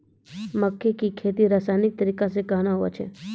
मक्के की खेती रसायनिक तरीका से कहना हुआ छ?